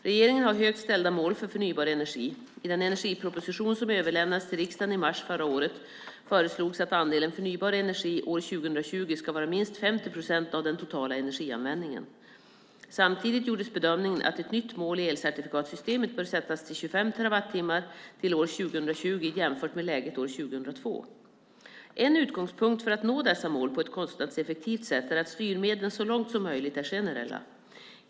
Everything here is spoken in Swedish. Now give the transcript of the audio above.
Regeringen har högt ställda mål för förnybar energi. I den energiproposition som överlämnades till riksdagen i mars förra året föreslogs att andelen förnybar energi år 2020 ska vara minst 50 procent av den totala energianvändningen. Samtidigt gjordes bedömningen att ett nytt mål i elcertifikatssystemet bör sättas till 25 terawattimmar till år 2020 jämfört med läget år 2002. En utgångspunkt för att nå dessa mål på ett kostnadseffektivt sätt är att styrmedlen så långt som möjligt är generella.